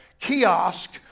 kiosk